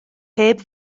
heb